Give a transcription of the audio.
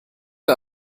wir